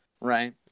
right